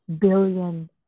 billion